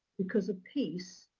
because a piece,